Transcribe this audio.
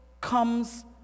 comes